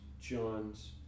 John's